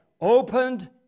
opened